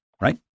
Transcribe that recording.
Right